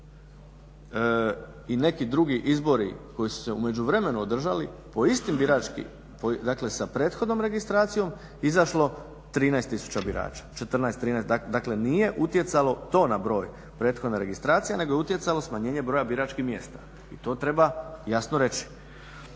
i neki drugi izbori koji su se u međuvremenu održali po istim biračkim, dakle sa prethodnom registracijom, izašlo 13 tisuća birača, 14, 13, dakle nije utjecalo to na broj, prethodna registracija, nego je utjecalo smanjenje broja biračkih mjesta i to treba jasno reći.